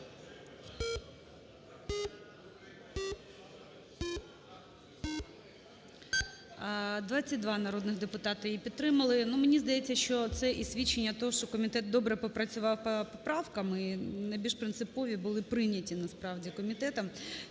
22 народних депутати її підтримали. Мені здається, що це і свідчення того, що комітет добре попрацював по поправкам, найбільш принципові були прийняті насправді комітетом.